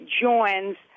joins